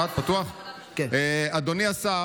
אדוני השר,